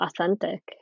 authentic